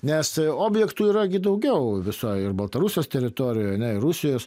nes objektų yra gi daugiau visoj baltarusijos teritorijoj ane ir rusijos